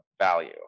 value